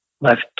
left